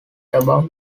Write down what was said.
about